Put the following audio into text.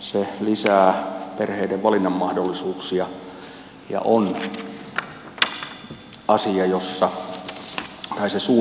se lisää perheiden valinnanmahdollisuuksia ja on se suunta johon pitää edetä